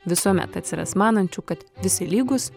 visuomet atsiras manančių kad visi lygūs